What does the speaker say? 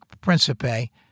Principe